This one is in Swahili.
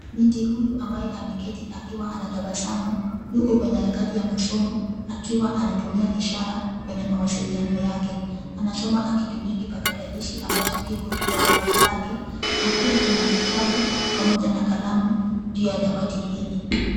Mtu huyu ambaye ameketi akiwa anatabasamu yuko kwenye harakati ya masoma akiwa anatumia ishara kwenye mawasiliano yake. Anasoma akitumia kipatakalishi ambacho kiko juu ya dawati lake. Na pia kuna vitabu pamoja na kalamu juu ya dawati hili.